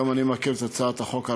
גם אני מכיר את הצעת החוק.